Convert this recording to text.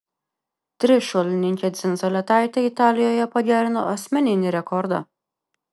trišuolininkė dzindzaletaitė italijoje pagerino asmeninį rekordą